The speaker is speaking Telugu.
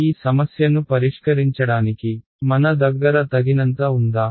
ఈ సమస్యను పరిష్కరించడానికి మన దగ్గర తగినంత ఉందా